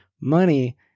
Money